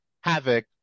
havoc